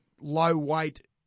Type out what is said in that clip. low-weight